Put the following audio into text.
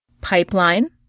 Pipeline